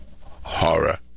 horror